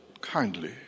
kindly